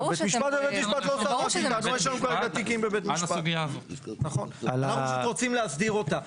אנחנו פשוט רוצים להסדיר אותה.